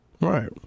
Right